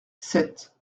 sept